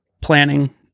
Planning